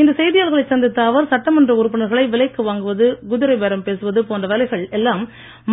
இன்று செய்தியாளர்களை சந்தித்த அவர் சட்டமன்ற உறுப்பினர்களை விலைக்கு வாங்குவது குதிரை பேரம் பேசுவது போன்ற வேலைகள் எல்லாம்